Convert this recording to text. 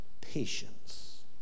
patience